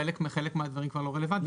חלק מהדברים כבר לא רלוונטיים,